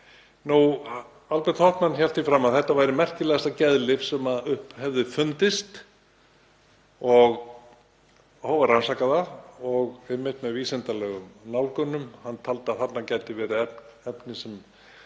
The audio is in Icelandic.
Albert Hoffmann hélt því fram að þetta væri merkilegasta geðlyf sem hefði uppgötvast og hóf að rannsaka það með vísindalegum nálgunum. Hann taldi að þarna gæti verið efni sem